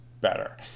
better